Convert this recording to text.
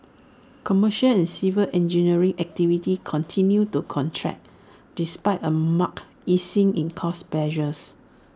commercial and civil engineering activity continued to contract despite A marked easing in cost pressures